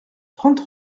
trente